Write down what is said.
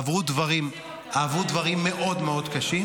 עברו דברים מאוד מאוד קשים,